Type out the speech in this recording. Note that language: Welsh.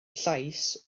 llais